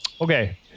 okay